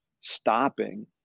stopping